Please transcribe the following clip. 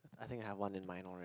I think I have one in mind already